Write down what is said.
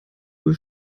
wohl